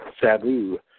Sabu